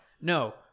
No